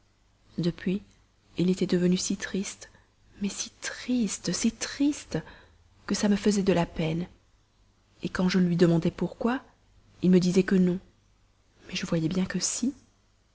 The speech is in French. depuis il était devenu triste mais si triste si triste que ça me faisait de la peine quand je lui demandais pourquoi il me disait que non mais je voyais bien que si